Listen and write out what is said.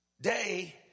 Day